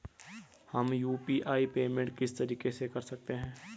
हम UPI payment किस तरीके से कर सकते हैं?